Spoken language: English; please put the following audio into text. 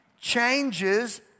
changes